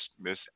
Miss